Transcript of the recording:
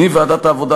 מוועדת העבודה,